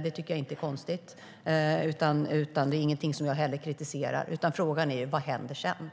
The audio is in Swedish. Det tycker jag inte är konstigt, och det är heller ingenting som jag kritiserar.Frågan är dock vad som händer sedan.